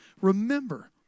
Remember